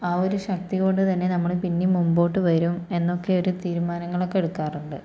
ആ ഒരു ശക്തിയോടെ തന്നെ നമ്മൾ പിന്നെയും മുൻപോട്ട് വരും എന്നൊക്കെ ഒരു തീരുമാനങ്ങളൊക്കെ എടുക്കാറുണ്ട്